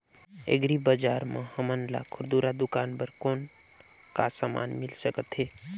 Agri बजार म हमन ला खुरदुरा दुकान बर कौन का समान मिल सकत हे?